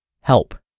Help